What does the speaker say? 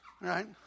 right